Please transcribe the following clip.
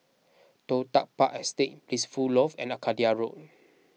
Toh Tuck Park Estate Blissful Loft and Arcadia Road